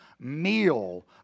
meal